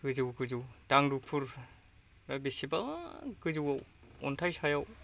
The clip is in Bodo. गोजौ गोजौ दांदुफुर बेसेबा गोजौआव अन्थाइ सायाव